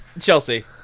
Chelsea